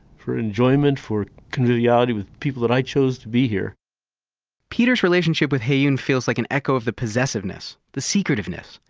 for enjoyment for conviviality with people that i chose to be here peter's relationship with heyoon feels like an echo of the possessiveness, the secretiveness,